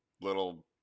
little